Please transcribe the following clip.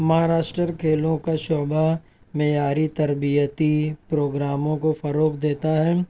مہاراشٹر کھیلوں کا شعبہ معیاری تربیتی پروگراموں کو فروغ دیتا ہے